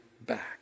back